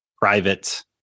private